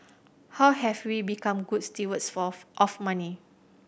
how have we become good stewards for of money